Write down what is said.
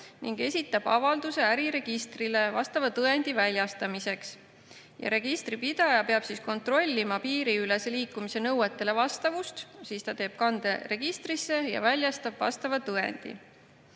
ning esitab äriregistrile avalduse vastava tõendi väljastamiseks. Registripidaja peab kontrollima piiriülese liikumise nõuetele vastavust, siis ta teeb kande registrisse ja väljastab vastava tõendi.